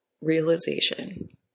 realization